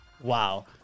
wow